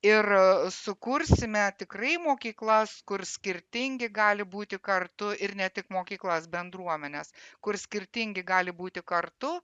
ir sukursime tikrai mokyklas kur skirtingi gali būti kartu ir ne tik mokyklas bendruomenes kur skirtingi gali būti kartu